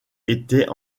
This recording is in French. étaient